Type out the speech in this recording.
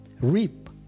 reap